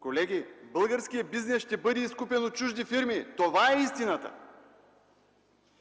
Колеги, българският бизнес ще бъде изкупен от чужди фирми. Това е истината!